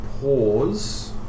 pause